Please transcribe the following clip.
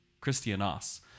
christianos